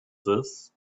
this